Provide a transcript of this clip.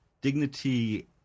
dignity